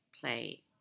play